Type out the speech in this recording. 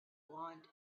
want